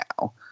Now